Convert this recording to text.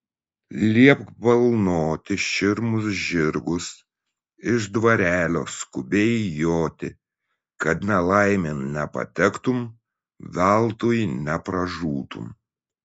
liepk balnoti širmus žirgus iš dvarelio skubiai joti kad nelaimėn nepatektum veltui nepražūtum